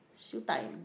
Siew Dai